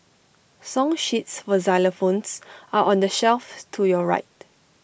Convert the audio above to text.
song sheets for xylophones are on the shelf to your right